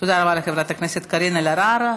תודה רבה לחברת הכנסת קארין אלהרר.